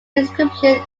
inscription